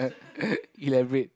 elaborate